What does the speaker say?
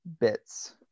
bits